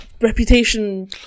reputation